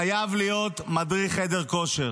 חייב להיות מדריך חדר כושר.